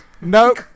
Nope